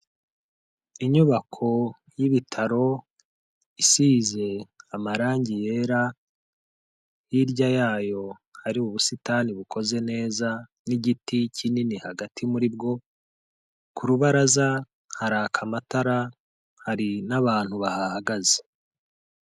Inyubako y'ibitaro isize amarangi yera, hirya yayo hari ubusitani bukoze neza n’igiti kinini hagati muri bwo, ku rubaraza haraka amatara hari n'abantu bahahagaze.